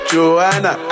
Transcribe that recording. Joanna